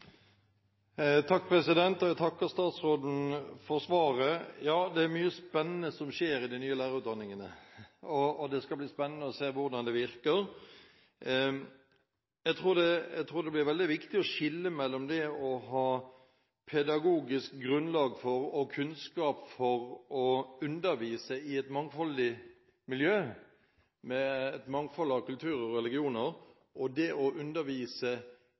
mye spennende som skjer i de nye lærerutdanningene, og det skal bli spennende å se hvordan det virker. Jeg tror det blir veldig viktig å skille mellom det å ha pedagogisk grunnlag for og kunnskap for å undervise i et mangfoldig miljø – med et mangfold av kulturer og religioner – og det å undervise